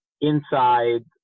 inside